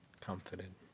comforted